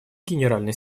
генеральный